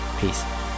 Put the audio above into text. Peace